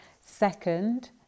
Second